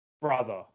Brother